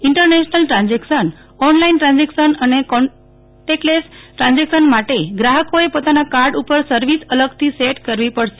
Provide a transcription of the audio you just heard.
international transaction online transaction અને contactless transaction માટે ગ્રાફકોએ પોતાના કાર્ડ ઉપર સર્વિસ અલગથી સેટ કરવી પડશે